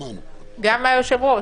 גם מהיושב-ראש.